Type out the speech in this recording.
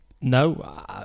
No